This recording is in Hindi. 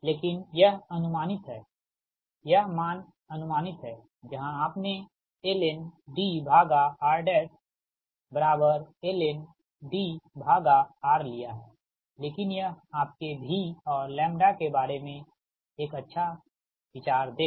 लेकिन यह अनुमानित है यह मान अनुमानित है जहां आपने lnDrlnDr लिया है लेकिन यह आपके v और लैम्ब्डा के बारे में एक अच्छा विचार देगा